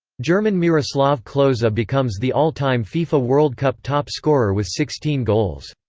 german miroslav klose becomes the all time fifa world cup top scorer with sixteen goals.